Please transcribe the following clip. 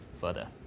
further